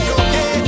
okay